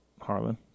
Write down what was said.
Harlan